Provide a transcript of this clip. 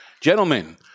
gentlemen